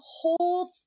whole